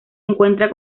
encuentran